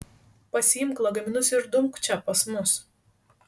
pasiimk lagaminus ir dumk čia pas mus